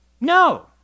No